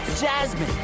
jasmine